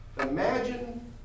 imagine